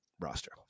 roster